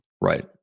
right